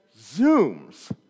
zooms